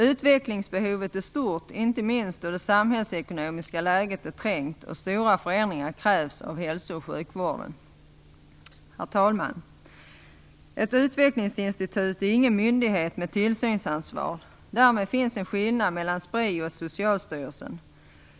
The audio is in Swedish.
Utvecklingsbehovet är stort, inte minst då det samhällsekonomiska läget är trängt och stora förändringar krävs av hälso och sjukvården. Herr talman! Ett utvecklingsinstitut är ingen myndighet med tillsynsansvar. Därmed finns en skillnad mellan Spri och Socialstyrelsen.